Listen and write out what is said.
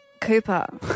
Cooper